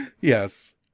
Yes